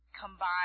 combine